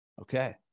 Okay